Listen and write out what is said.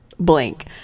blank